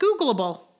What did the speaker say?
Googleable